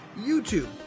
YouTube